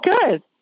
good